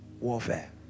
warfare